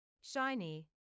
Shiny